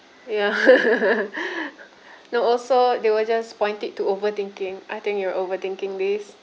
ya no also they will just point it to overthinking I think you are overthinking this